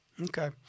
Okay